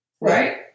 Right